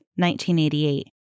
1988